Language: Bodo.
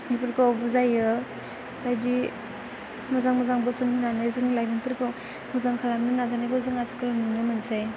बेफोरखौ बुजायो बायदि मोजां मोजां बोसोन होनानै जों लाइमोनफोरखौ मोजां खालामनो नाजायखौ जों आथिखालाव नुनो मोनसै